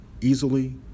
easily